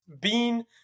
bean